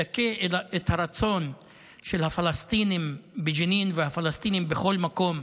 היא דיכוי הרצון של הפלסטינים בג'נין והפלסטינים בכל מקום,